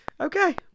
Okay